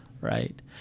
right